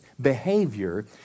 behavior